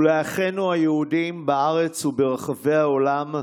ולאחינו היהודים בארץ וברחבי העולם,